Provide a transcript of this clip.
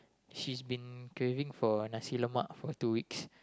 she's been craving for Nasi-Lemak for two weeks